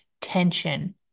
tension